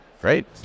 Great